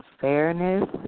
fairness